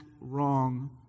wrong